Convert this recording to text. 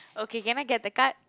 okay can I get the card